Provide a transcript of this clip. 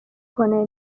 کنه